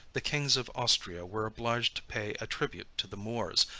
the kings of austria were obliged to pay a tribute to the moors,